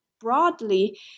broadly